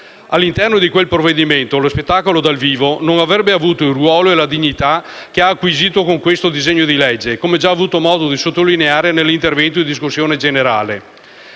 All'interno di quel provvedimento, lo spettacolo dal vivo non avrebbe avuto il ruolo e la dignità che ha acquisito con il disegno di legge in esame, come ho già avuto modo di sottolineare nell'intervento in discussione generale.